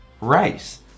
Rice